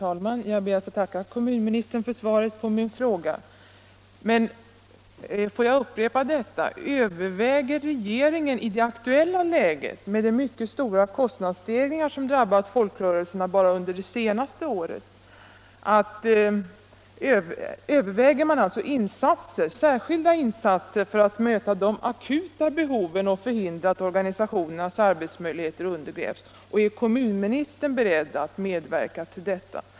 Herr talman! Jag ber att få tacka kommunministern för svaret på min fråga. Får jag ändå än en gång fråga: Överväger regeringen i det aktuella läget, med de mycket stora kostnadsstegringar som drabbat folkrörelserna bara under de senaste åren, särskilda insatser för att möta de akuta be hoven och förhindra att organisationernas arbetsmöjligheter undergrävs, och är kommunministern beredd att medverka till detta?